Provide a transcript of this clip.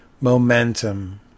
momentum